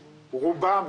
רובם,